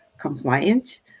compliant